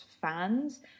fans